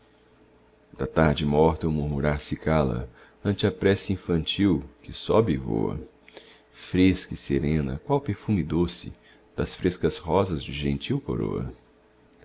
da tarde morta o murmurar se cala ante a prece infantil que sobe e voa fresca e serena qual perfume doce das frescas rosas de gentil coroa